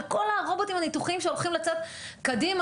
על כל הרובוטים הניתוחיים שהולכים לצאת קדימה,